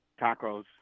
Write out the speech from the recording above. tacos